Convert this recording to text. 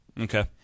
Okay